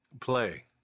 play